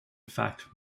fact